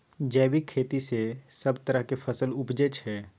जैबिक खेती सँ सब तरहक फसल उपजै छै